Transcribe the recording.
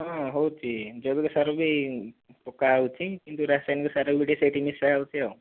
ହଁ ହେଉଛି ଜୈବିକ ବି ପକା ହେଉଛି କିନ୍ତୁ ରାସାୟନିକ ସାର ବି ସେ ଟିକେ ମିଶା ହେଉଛି ଆଉ